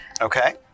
Okay